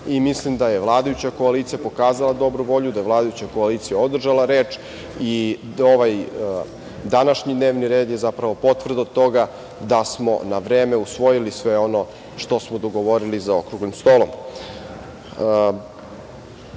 i mislim da je vladajuća koalicija pokazala dobru volju, da je vladajuća koalicija održala reč i ovaj današnji dnevni red je zapravo potvrda toga da smo na vreme usvojili sve ono što smo dogovorili za okruglim stolom. Zakon